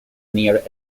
near